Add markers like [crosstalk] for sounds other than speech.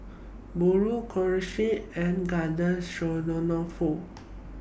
Burrito Kushikatsu and Garden [unintelligible]